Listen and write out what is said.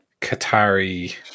Qatari